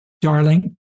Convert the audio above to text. darling